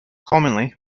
commonly